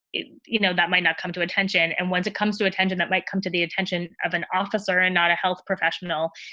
you know, that might not come to attention. and when it comes to attention, that might come to the attention of an officer and not a health professional.